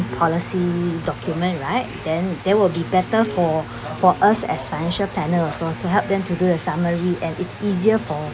policy document right then that will be better for for us as financial partner also to help them to do the summary and it's easier for